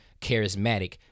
charismatic